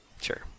sure